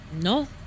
No